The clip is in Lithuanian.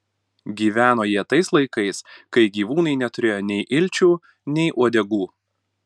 gyveno jie tais laikais kai gyvūnai neturėjo nei ilčių nei uodegų